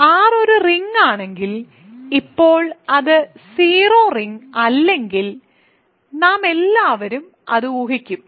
R ഒരു ring ആണെങ്കിൽ ഇപ്പോൾ അത് സീറോ റിങ് അല്ലെങ്കിൽ നാമെല്ലാവരും അത് ഊഹിക്കും